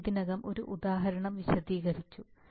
ഞാൻ ഇതിനകം ഒരു ഉദാഹരണം വിശദീകരിച്ചു